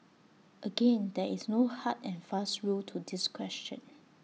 again there is no hard and fast rule to this question